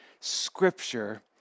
scripture